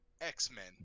X-Men